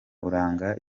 uranga